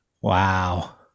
Wow